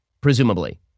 presumably